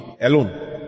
alone